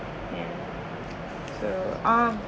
yeah so uh